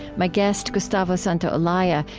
my guest, gustavo santaolalla,